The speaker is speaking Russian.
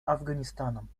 афганистаном